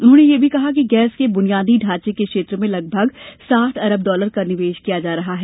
उन्होंने यह भी कहा कि गैस के बुनियादी ढांचे के क्षेत्र में लगभग साठ अरब डॉलर का निवेश किया जा रहा है